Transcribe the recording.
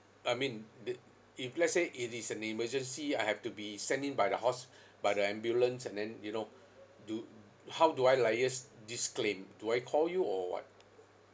I mean the if let's say it is an emergency I have to be sent in by the hos~ by the ambulance and then you know do how do I liaise this claim do I call you or what